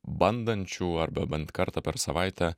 bandančių arba bent kartą per savaitę